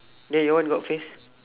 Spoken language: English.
then your one got face